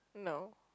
no